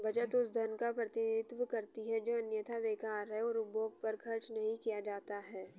बचत उस धन का प्रतिनिधित्व करती है जो अन्यथा बेकार है और उपभोग पर खर्च नहीं किया जाता है